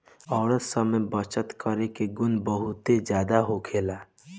औरत सब में बचत करे के गुण बहुते ज्यादा होखेला